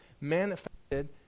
manifested